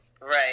Right